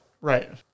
Right